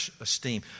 esteem